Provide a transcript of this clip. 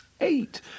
Eight